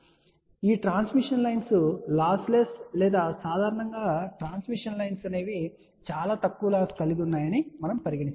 సరే ఈ transmission lines loss less లేదా సాధారణంగా ట్రాన్స్మిషన్ లైన్స్ చాలా తక్కువ లాస్ ను కలిగి ఉన్నాయని మనము పరిగణిస్తాము